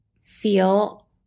feel